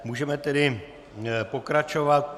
Můžeme tedy pokračovat.